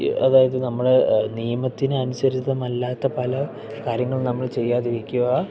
അതായത് നമ്മൾ നിയമത്തിന് അനുസരിതമല്ലാത്ത പല കാര്യങ്ങൾ നമ്മൾ ചെയ്യാതിരിക്കുക